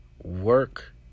Work